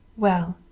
well.